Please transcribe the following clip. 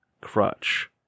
crutch